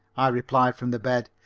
i replied from the bed.